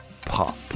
pop